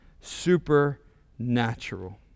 supernatural